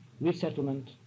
Resettlement